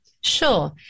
Sure